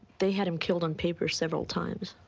they had him killed on paper several times.